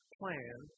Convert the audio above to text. plan